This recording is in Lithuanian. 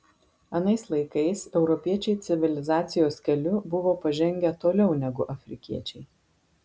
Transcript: anais laikais europiečiai civilizacijos keliu buvo pažengę toliau negu afrikiečiai